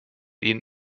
ihn